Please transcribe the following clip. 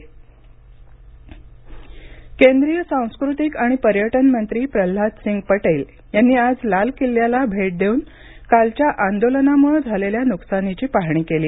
प्रल्हाद सिंग पटेल लाल किल्ला केंद्रीय सांस्कृतिक आणि पर्यटन मंत्री प्रल्हाद सिंग पटेल यांनी आज लाल किल्ल्याला भेट देऊन कालच्या आंदोलनामुळे झालेल्या नुकसानीची पाहणी केली